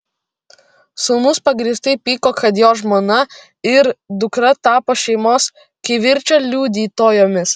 sūnus pagrįstai pyko kad jo žmona ir dukra tapo šeimos kivirčo liudytojomis